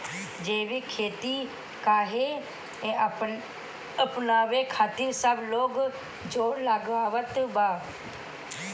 जैविक खेती काहे अपनावे खातिर सब लोग जोड़ लगावत बा?